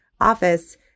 office